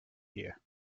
here